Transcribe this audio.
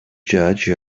judge